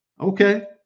okay